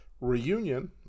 Reunion